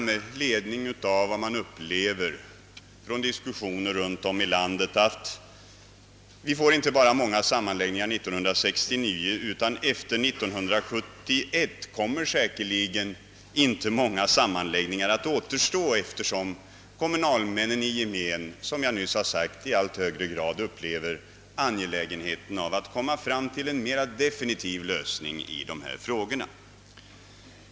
Med ledning av vad man upplever från diskussioner runt om i landet vågar jag nog säga inte bara att vi år 1969 får många sammanläggningar, utan att det efter 1971 säkerligen inte återstår många sammanläggningar att göra eftersom kommunalmännen i gemen, som jag nyss sagt, i allt högre grad upplever angelägenheten av att komma fram till en mera definitiv lösning av dessa frågor.